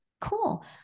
cool